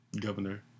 governor